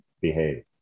behave